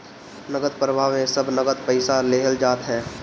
नगद प्रवाह में सब नगद पईसा लेहल जात हअ